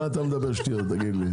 מה אתה מדבר שטויות תגיד לי?